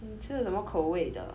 你吃什么口味的